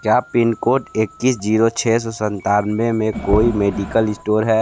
क्या pin code इक्कीस zero छह सौ संतानवे में कोई मेडिकल स्टोर है